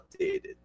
updated